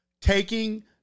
taking